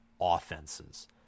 offenses